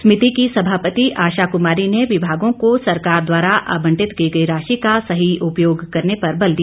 समिति की समापति आशा कुमारी ने विमागों को सरकार द्वारा आबंटित की गई राशि का सही उपयोग करने पर बल दिया